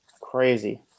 crazy